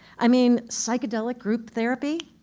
i mean, psychedelic group therapy?